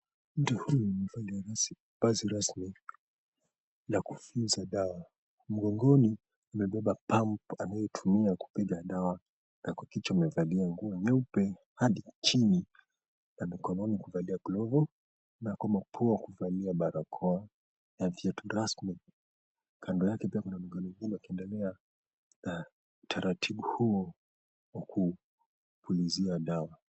Mtu huyu amevaa vazi rasmi na kufyonza dawa mgongoni amebeba pump anayotumia kubeba dawa na kwa kichwa amevalia nguo nyeupe hadi chini na mikononi amevalia glovu na kwa mapua amevalia barakoa na viatu rasmi, kando yake pia kuna mtu mwingine akiendelea na taratibu huo wa kupulizia dawa.